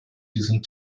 diesen